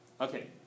Okay